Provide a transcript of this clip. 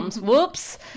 whoops